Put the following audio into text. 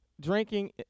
drinking